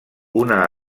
una